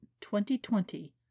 2020